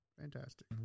Fantastic